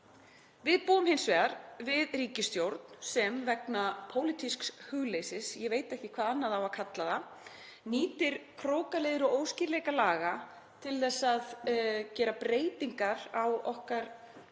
Við búum hins vegar við ríkisstjórn sem vegna pólitísks hugleysis, ég veit ekki hvað annað á að kalla það, nýtir krókaleiðir og óskýrleika laga til að gera breytingar á okkar